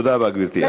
תודה רבה, גברתי.